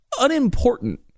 unimportant